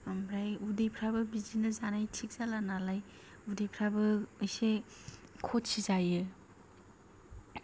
ओमफ्राय उदैफ्राबो बिदिनो जानाय थिग जाला नालाय उदैफ्राबो एसे खथि जायो